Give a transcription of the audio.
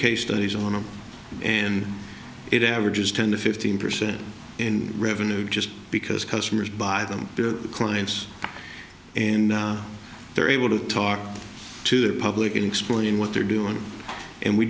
case studies on them and it averages ten to fifteen percent in revenue just because customers buy them their clients and they're able to talk to the public and explain what they're doing and we